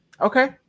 Okay